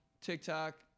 TikTok